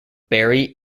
barry